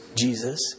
Jesus